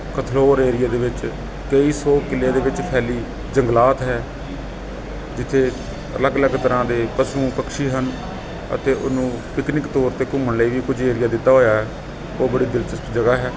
ਕਥਰੋਰ ਏਰੀਏ ਦੇ ਵਿੱਚ ਕਈ ਸੌ ਕਿੱਲੇ ਦੇ ਵਿੱਚ ਫੈਲਿਆ ਜੰਗਲਾਤ ਹੈ ਜਿੱਥੇ ਅਲੱਗ ਅਲੱਗ ਤਰ੍ਹਾਂ ਦੇ ਪਸ਼ੂ ਪਕਸ਼ੀ ਹਨ ਅਤੇ ਉਹਨੂੰ ਪਿਕਨਿਕ ਤੌਰ 'ਤੇ ਘੁੰਮਣ ਲਈ ਵੀ ਕੁਝ ਏਰੀਆ ਦਿੱਤਾ ਹੋਇਆ ਉਹ ਬੜੀ ਦਿਲਚਸਪ ਜਗ੍ਹਾ ਹੈ